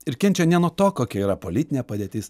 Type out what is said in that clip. ir kenčia ne nuo to kokia yra politinė padėtis